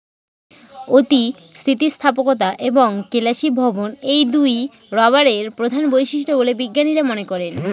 অতি স্থিতিস্থাপকতা এবং কেলাসীভবন এই দুইই রবারের প্রধান বৈশিষ্ট্য বলে বিজ্ঞানীরা মনে করেন